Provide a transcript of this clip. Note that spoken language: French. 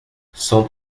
cent